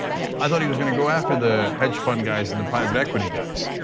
yeah i thought he was going to go after the hedge fund guys and the private equity guys?